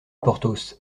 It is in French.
porthos